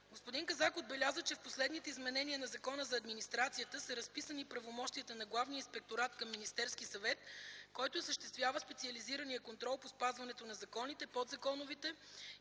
Господин Казак отбеляза, че в последните изменения на Закона за администрацията са разписани правомощията на Главния инспекторат към Министерски съвет, който осъществява специализирания контрол по спазването на законите, подзаконовите